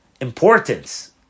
importance